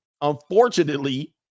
Unfortunately